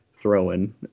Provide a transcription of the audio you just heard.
throwing